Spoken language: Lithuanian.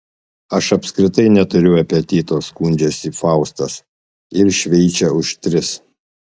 aš apskritai neturiu apetito skundžiasi faustas ir šveičia už tris